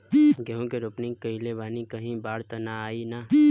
गेहूं के रोपनी कईले बानी कहीं बाढ़ त ना आई ना?